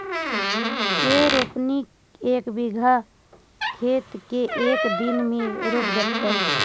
के रोपनी एक बिघा खेत के एक दिन में रोप देतै?